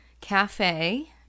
cafe